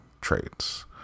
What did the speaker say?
traits